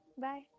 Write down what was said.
Bye